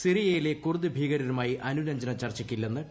സിറിയയിലെ കുർദ്ദ് ഭീകരരുമായി അനുരഞ്ജന ചർച്ചയ്ക്കില്ലെന്ന് ടർക്കി